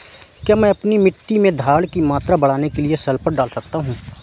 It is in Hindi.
क्या मैं अपनी मिट्टी में धारण की मात्रा बढ़ाने के लिए सल्फर डाल सकता हूँ?